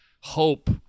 hope